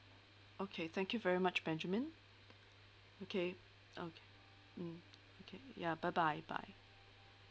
okay thank you very much benjamin okay okay mm okay yeah bye bye bye